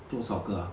多少个啊